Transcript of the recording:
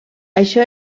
això